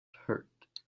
hurt